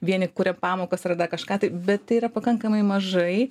vieni kuria pamokas ar dar kažką tai bet tai yra pakankamai mažai